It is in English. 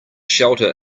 shelter